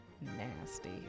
nasty